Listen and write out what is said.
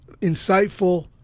insightful